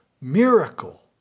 miracle